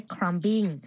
Crumbing